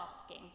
asking